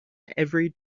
every